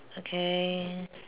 okay